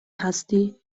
هستی